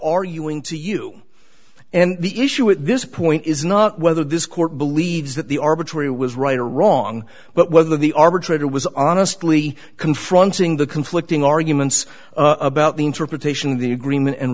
arguing to you and the issue at this point is not whether this court believes that the arbitrary was right or wrong but whether the arbitrator was honestly confronting the conflicting arguments about the interpretation of the agreement and